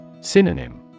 Synonym